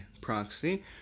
proxy